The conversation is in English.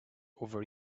over